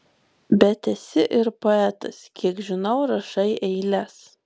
bet esi ir poetas kiek žinau rašai eiles